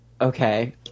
Okay